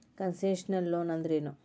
Concessional loan ಅಂದ್ರೇನು?